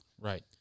Right